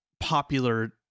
Popular